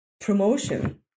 promotion